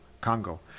Congo